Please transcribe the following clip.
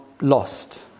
lost